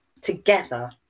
together